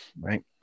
right